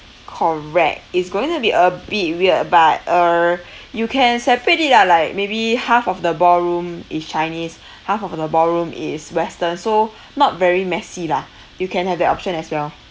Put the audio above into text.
correct it's going to be a bit weird but uh you can separate it ah like maybe half of the ballroom is chinese half of the ballroom is western so not very messy lah you can have that option as well